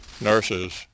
nurses